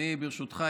ברשותך,